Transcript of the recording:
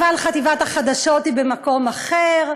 אבל חטיבת החדשות היא במקום אחר?